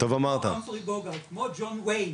כמו המפרי בוגרט, כמו ג'ון ווין,